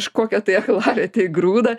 kažkokią tai aklavietę įgrūda